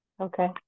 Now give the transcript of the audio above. Okay